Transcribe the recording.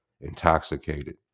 intoxicated